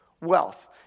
wealth